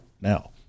now